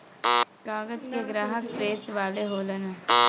कागज के ग्राहक प्रेस वाले होलन